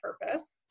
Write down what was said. purpose